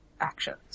actions